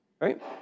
right